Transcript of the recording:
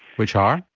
which are?